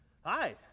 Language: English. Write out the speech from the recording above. Hi